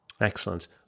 Excellent